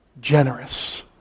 generous